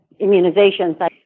immunizations